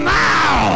now